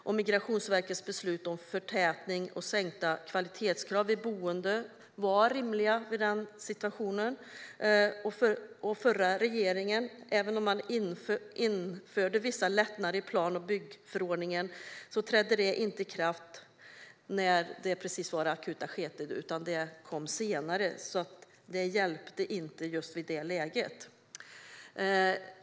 Och Migrationsverkets beslut om förtätning och sänkta kvalitetskrav vid boenden var rimliga i den situationen. Den förra regeringen införde visserligen vissa lättnader i plan och byggförordningen, men dessa trädde inte i kraft i det mest akuta skedet utan kom senare. Det hjälpte alltså inte i just det läget.